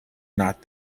not